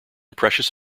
precious